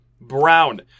Brown